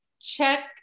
check